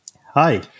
Hi